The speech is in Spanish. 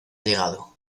llegado